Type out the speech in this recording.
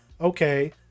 okay